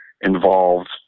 involved